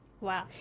Wow